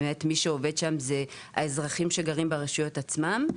באמת מי שעובד שם זה האזרחים שגרים ברשויות עצמם,